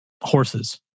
horses